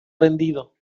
rendido